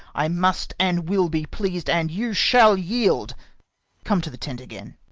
i must and will be pleas'd, and you shall yield come to the tent again.